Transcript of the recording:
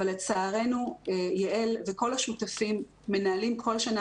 אבל לצערנו יעל וכל השותפים מנהלים כל שנה